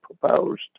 proposed